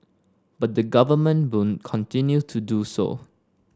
but the Government will continue to do so